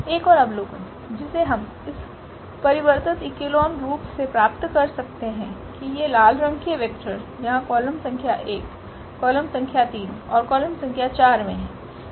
एक और अवलोकन जिसे हम इस परिवर्तित इकोलोन रूप से प्राप्त कर सकते हैं कि ये लाल रंग के वेक्टर यहां कॉलम संख्या 1 कॉलम संख्या 3 और कॉलम संख्या 4 मे हैं